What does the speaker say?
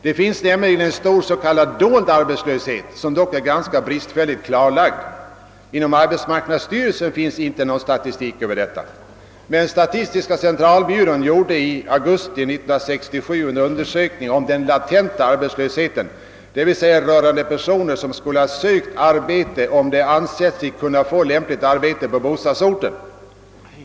Det finns nämligen en stor s.k. dold arbetslöshet, som dock är ganska bristfälligt klarlagd. Statistiska centralbyrån gjorde i augusti 1967 en undersökning om den latenta arbetslösheten, dvs. rörande personer som skulle ha sökt arbete om de ansett sig kunna få ett lämpligt arbete på bostadsorten.